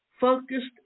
focused